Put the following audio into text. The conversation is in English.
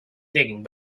digging